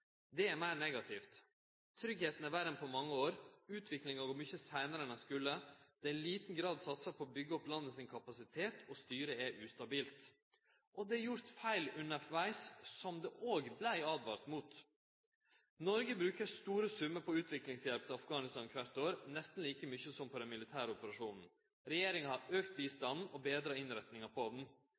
Det er meir negativt. Tryggleiken er verre enn på mange år. Utviklinga går mykje seinare enn ho skulle. Det er i liten grad satsa på å byggje opp landet sin kapasitet, og styret er ustabilt. Det er gjort feil undervegs, som det òg vart åtvara mot. Noreg bruker store summar på utviklingshjelp til Afghanistan kvart år, nesten like mykje som på den militære operasjonen. Regjeringa har auka bistanden og betra innretninga på